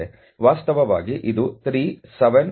ವಾಸ್ತವವಾಗಿ ಇದು 3 7 ಎಂದು ಹೇಳಬಹುದಾದ ದತ್ತಾಂಶವಾಗಿದೆ